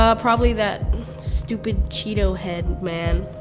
ah probably that stupid cheeto head man.